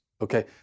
Okay